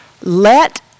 let